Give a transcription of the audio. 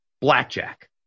Blackjack